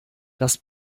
das